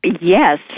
Yes